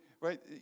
right